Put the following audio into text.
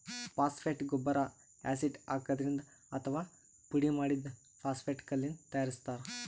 phosphate ಗೊಬ್ಬರ್ acid ಹಾಕಿದ್ರಿಂದ್ ಅಥವಾ ಪುಡಿಮಾಡಿದ್ದ್ ಫಾಸ್ಫೇಟ್ ಕಲ್ಲಿಂದ್ ತಯಾರಿಸ್ತಾರ್